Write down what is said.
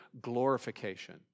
glorification